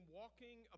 walking